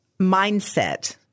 mindset